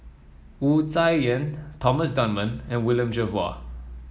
Wu Tsai Yen Thomas Dunman and William Jervois